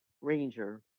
ranger